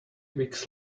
weeks